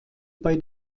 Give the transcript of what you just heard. bei